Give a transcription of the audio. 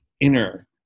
inner